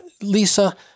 Lisa